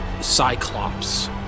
cyclops